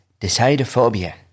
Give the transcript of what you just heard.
decidophobia